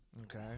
okay